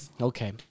Okay